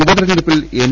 ഉപതെരഞ്ഞെടുപ്പിൽ എൻ